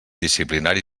disciplinari